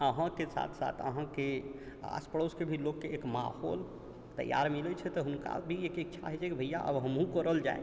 अहाँके साथ साथ अहाँके आस पड़ोसके लोकके भी एक माहौल तैयार मिलै छै तऽ हुनका भी एक इच्छा होइ छै की भैया अब हमहुँ करल जाइ